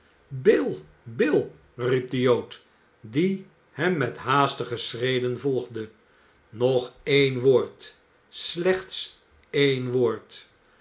bill bill riep de jood die hem met haastige schreden volgde nog één woord slechts één woord